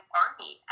army